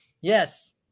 Yes